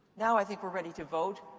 now i think we're ready to vote.